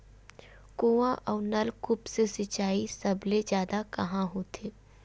कुआं अउ नलकूप से सिंचाई सबले जादा कहां होथे?